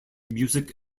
music